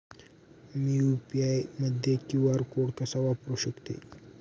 मी UPI मध्ये QR code कसा वापरु शकते?